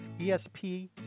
ESP